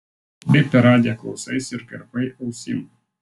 kai per radiją klausaisi ir karpai ausim